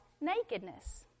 nakedness